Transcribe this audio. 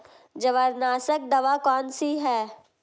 जवारनाशक दवा कौन सी है?